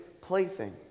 plaything